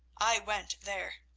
i went there.